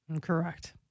Correct